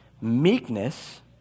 Meekness